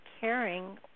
caring